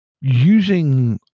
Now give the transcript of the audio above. using